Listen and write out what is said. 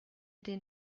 den